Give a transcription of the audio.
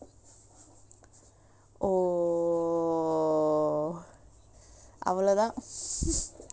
oh